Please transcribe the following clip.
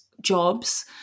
jobs